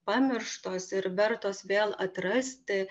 pamirštos ir vertos vėl atrasti